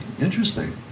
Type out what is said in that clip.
Interesting